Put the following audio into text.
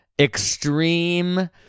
extreme